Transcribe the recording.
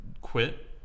quit